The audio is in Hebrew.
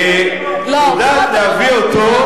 היא יודעת להביא אותו, לא.